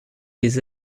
des